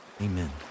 amen